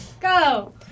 Go